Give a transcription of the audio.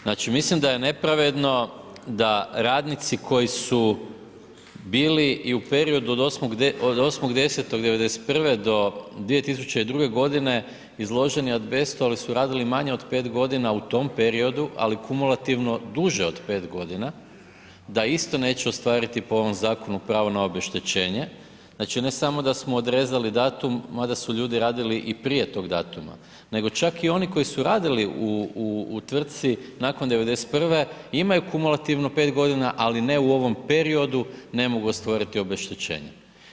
Znači, mislim da je nepravedno da radnici koji su bili u periodu od 8.10.'91. do 2002.g. izloženi azbestu, ali su radili manje od 5.g. u tom periodu, ali kumulativno duže od 5.g. da isto neće ostvariti po ovom zakonu pravo na obeštećenje, znači ne samo da smo odrezali datum, mada su ljudi radili i prije tog datuma, nego čak i oni koji su radili u tvrtci nakon '91. imaju kumulativno 5.g., ali ne u ovom periodu, ne mogu ostvariti obeštećenje.